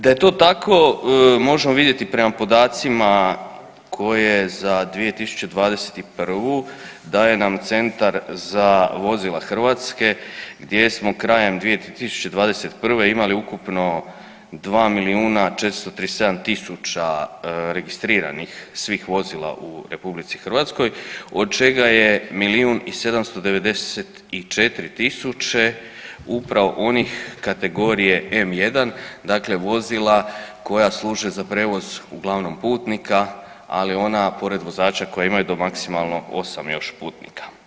Da je to tako možemo vidjeti prema podacima koje za 2021. daje nam Centar za vozila Hrvatske gdje smo krajem 2021. imali ukupno 2 milijuna 437 tisuća registriranih svih vozila u RH od čega je milijun i 794 tisuće upravo onih kategorije M1 dakle vozila koja služe za prijevoz uglavnom putnika, ali ona pored vozača koja imaju do maksimalno osam još putnika.